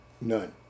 none